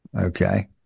Okay